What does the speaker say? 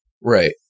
Right